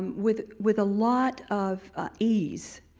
with with a lot of ease.